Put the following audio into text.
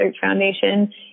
Foundation